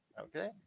Okay